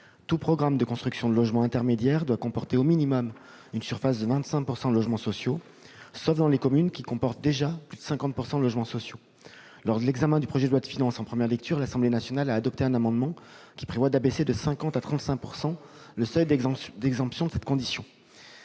tout programme de construction de logements intermédiaires doit comporter au minimum une surface de 25 % de logements sociaux, sauf dans les communes qui comportent déjà plus de 50 % de logements sociaux. Lors de l'examen du présent projet de loi de finances en première lecture, l'Assemblée nationale a adopté un amendement qui a pour objet d'abaisser de 50 % à 35 % le seuil d'exemption de cette condition.